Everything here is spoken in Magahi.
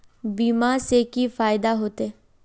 बीमा से की फायदा होते?